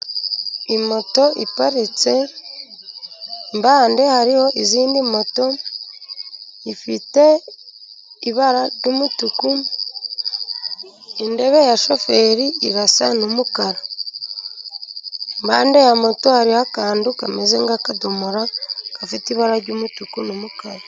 Imoto iparitse, impande hariho izindi moto, ifite ibara ry'umutuku, intebe ya shoferi irasa n'umukara. Impande ya moto hariho akantu kameze nk'akadomoro gafite ibara ry'umutuku n'umukara.